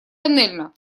тоннельно